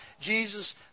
Jesus